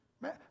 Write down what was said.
man